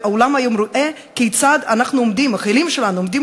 והעולם היום רואה כיצד החיילים שלנו עומדים